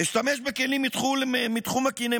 אשתמש בכלים מתחום הקינמטיקה,